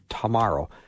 tomorrow